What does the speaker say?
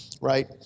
right